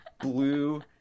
blue